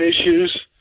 issues